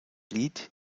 lied